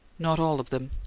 not all of them.